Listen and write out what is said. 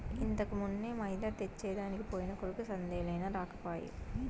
ఇంతకుమున్నే మైదా తెచ్చెదనికి పోయిన కొడుకు సందేలయినా రాకపోయే